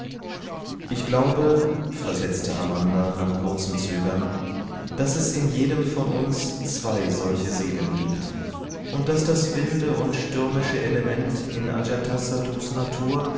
ich glaube versetzte amanda nach kurzem zögern daß es in jedem von uns zwei solche seelen gibt und daß das wilde und stürmische element in ajatasattus natur